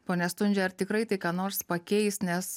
pone stundži ar tikrai tai ką nors pakeis nes